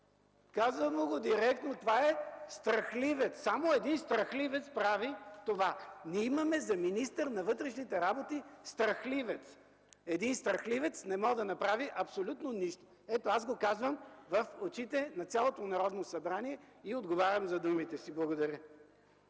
Казвам му го директно – това е страхливец! Само един страхливец прави това! Ние имаме за министър на вътрешните работи страхливец. Един страхливец не може да направи абсолютно нищо. Ето, аз го казвам в очите на цялото Народно събрание и отговарям за думите си. Благодаря.